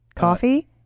Coffee